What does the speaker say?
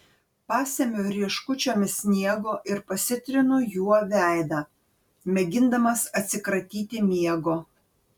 pasemiu rieškučiomis sniego ir pasitrinu juo veidą mėgindamas atsikratyti miego